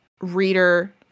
reader